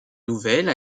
nouvelle